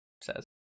says